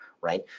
right